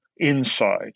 inside